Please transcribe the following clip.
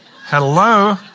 Hello